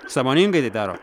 sąmoningai tai daro